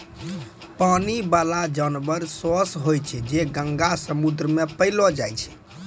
पानी बाला जानवर सोस होय छै जे गंगा, समुन्द्र मे पैलो जाय छै